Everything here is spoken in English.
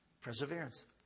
Perseverance